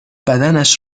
بدنش